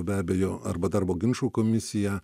beabejo arba darbo ginčų komisiją